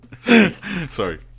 Sorry